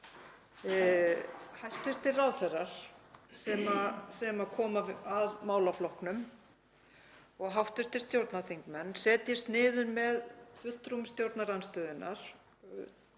hæstv. ráðherrar sem koma að málaflokknum og hv. stjórnarþingmenn setjist niður með fulltrúum stjórnarandstöðunnar